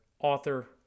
author